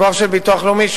לקוח של הביטוח הלאומי,